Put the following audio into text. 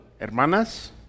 hermanas